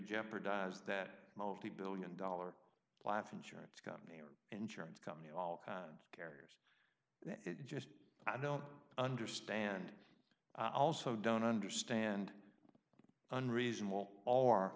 jeopardize that multi billion dollar life insurance company or insurance company all kinds carriers just i don't understand i also don't understand unreasonable a